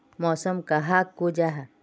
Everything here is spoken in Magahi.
मौसम कहाक को जाहा?